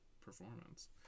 performance